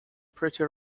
pretty